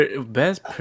Best